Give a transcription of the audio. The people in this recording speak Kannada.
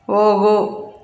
ಹೋಗು